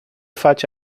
face